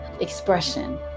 expression